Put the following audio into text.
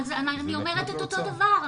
אז אנחנו אומרות את אותו דבר,